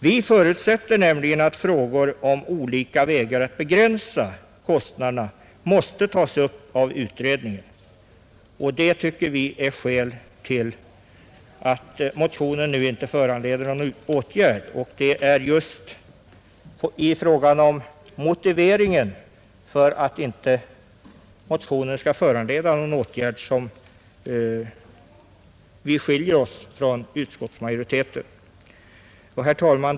Vi förutsätter nämligen att frågor om olika vägar att begränsa kostnaderna måste tas upp av utredningen. Det är när det gäller motiveringen för att inte motionen skall föranleda någon åtgärd som vi skiljer oss från utskottsmajoriteten. Herr talman!